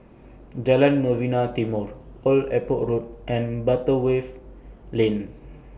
Jalan Novena Timor Old Airport Or Road and Butterworth Lane